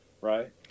right